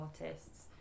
artists